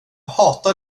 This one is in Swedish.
hatar